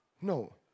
No